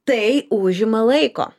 tai užima laiko